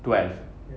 twelve